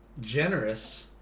generous